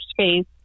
space